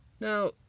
Now